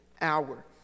hour